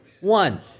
One